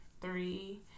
Three